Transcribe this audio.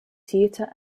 theater